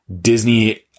Disney